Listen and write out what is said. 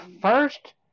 first